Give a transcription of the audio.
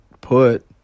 put